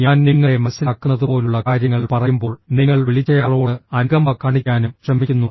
ഞാൻ നിങ്ങളെ മനസിലാക്കുന്നതുപോലുള്ള കാര്യങ്ങൾ പറയുമ്പോൾ നിങ്ങൾ വിളിച്ചയാളോട് അനുകമ്പ കാണിക്കാനും ശ്രമിക്കുന്നു